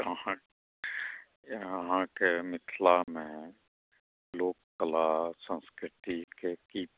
अहाँकेँ मिथिलामे लोककला संस्कृतिके की